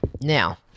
Now